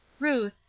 ruth,